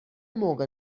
موقع